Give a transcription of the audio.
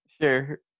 Sure